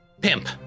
Pimp